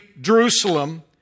Jerusalem